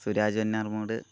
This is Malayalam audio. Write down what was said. സൂരാജ് വെഞ്ഞാറമ്മൂട്